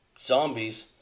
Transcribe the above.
zombies